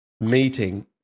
meeting